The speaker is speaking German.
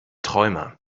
träumer